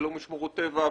ולא משמורות טבע,